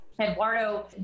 Eduardo